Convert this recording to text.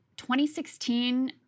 2016